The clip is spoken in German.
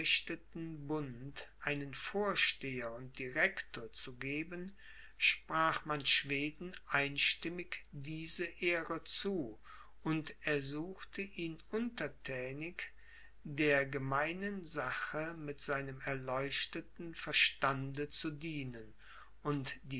einen vorsteher und direktor zu geben sprach man schweden einstimmig diese ehre zu und ersuchte ihn unterthänig der gemeinen sache mit seinem erleuchteten verstande zu dienen und